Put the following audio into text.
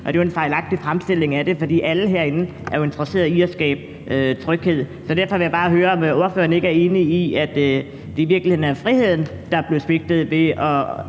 og det er jo en fejlagtig fremstilling af det, for alle herinde er interesseret i at skabe tryghed. Derfor vil jeg bare høre, om ordføreren ikke er enig i, at det i virkeligheden var friheden, der blev svigtet, da